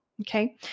Okay